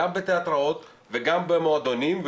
גם בתיאטראות וגם במועדונים,